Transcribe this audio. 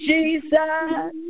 Jesus